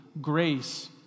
grace